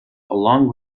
along